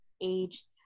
age